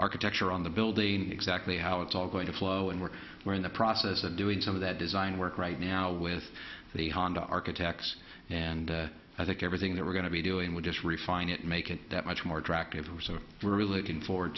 architecture on the building exactly how it's all going to flow and we're we're in the process of doing some of that design work right now with the honda architects and i think everything that we're going to be doing we just refine it make it that much more attractive so we're really looking forward